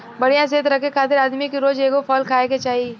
बढ़िया सेहत रखे खातिर आदमी के रोज एगो फल खाए के चाही